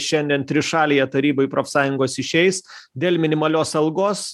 šiandien trišalėj taryboj profsąjungos išeis dėl minimalios algos